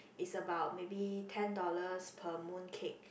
is about maybe ten dollars per mooncake